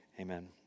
amen